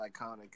iconic